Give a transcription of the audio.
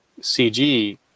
CG